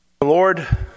Lord